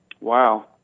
Wow